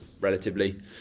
relatively